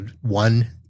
one